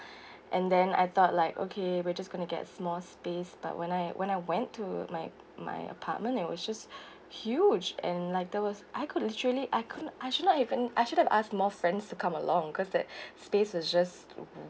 and then I thought like okay we're just going to get small space but when I when I went to my my apartment it was just huge and like there was I could literally I could I should not even I should have asked more friends to come along cause that space was just